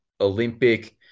Olympic